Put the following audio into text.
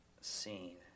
scene